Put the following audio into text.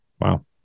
Wow